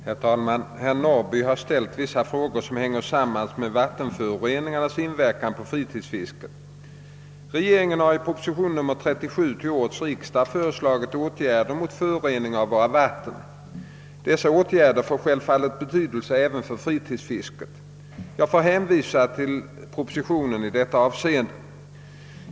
Herr talman! Herr Norrby har ställt vissa frågor som hänger samman med vattenföroreningarnas inverkan på fritidsfisket. Regeringen har i proposition nr 37 till årets riksdag föreslagit åtgärder mot föroreningen av våra vatten. Dessa åtgärder får självfallet betydelse även för fritidsfisket. Jag får hänvisa till propositionen.